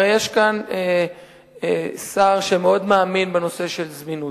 הרי יש כאן שר שמאוד מאמין בנושא של זמינות.